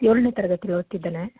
ಏಳನೆ ತರಗತಿ ಓದ್ತಿದ್ದಾನೆ